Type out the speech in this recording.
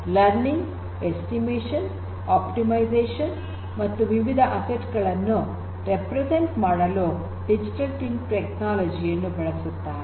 learning estimation optimisation ಮತ್ತು ವಿವಿಧ asset ಗಳನ್ನು ರೆಪ್ರೆಸೆಂಟ್ ಮಾಡಲು ಡಿಜಿಟಲ್ ಟ್ವಿನ್ ಟೆಕ್ನಾಲಜಿ ಯನ್ನು ಬಳಸುತ್ತಾರೆ